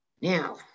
Now